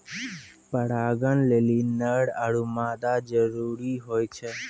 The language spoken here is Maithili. परागण लेलि नर आरु मादा जरूरी होय छै